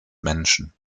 menschen